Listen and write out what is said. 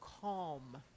calm